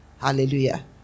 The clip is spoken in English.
Hallelujah